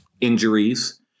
injuries